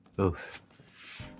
Oof